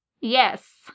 Yes